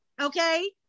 Okay